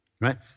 right